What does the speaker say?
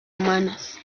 humanos